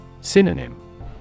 Synonym